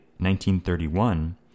1931